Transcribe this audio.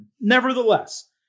Nevertheless